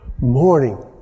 Morning